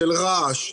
של רעש.